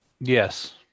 Yes